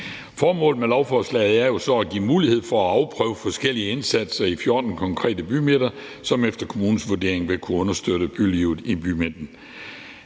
Formålet med lovforslaget er så at give mulighed for at afprøve forskellige indsatser i 14 konkrete bymidter, som efter kommunens vurdering vil kunne understøtte bylivet i bymidten.